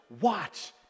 watch